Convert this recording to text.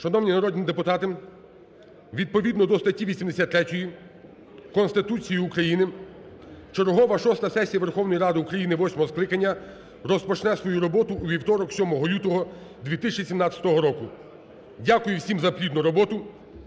Шановні народні депутати, відповідно до статті 83 Конституції України чергова шоста сесія Верховної Ради України восьмого скликання розпочне свою роботу у вівторок, 7 лютого 2017 року. Дякую всім за плідну роботу.